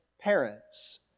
parents